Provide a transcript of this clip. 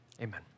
Amen